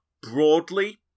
broadly